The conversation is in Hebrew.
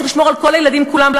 צריך לשמור על כל הילדים כולם,